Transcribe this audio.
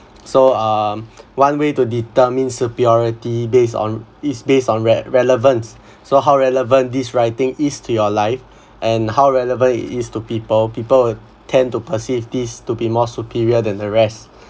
so um one way to determine superiority based on is based on red relevance so how relevant these writing is to your life and how relevant it is to people people tend to perceive this to be more superior than the rest